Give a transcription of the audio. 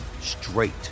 straight